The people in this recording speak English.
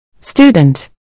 Student